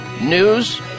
news